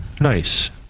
nice